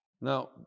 Now